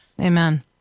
Amen